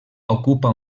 ocupa